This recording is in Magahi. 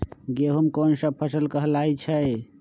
गेहूँ कोन सा फसल कहलाई छई?